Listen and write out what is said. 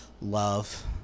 love